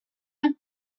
and